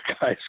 guys